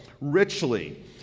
richly